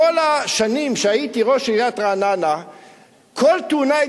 כל השנים שהייתי ראש עיריית רעננה כל תאונה עם